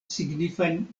signifajn